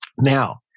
Now